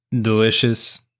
delicious